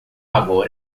agora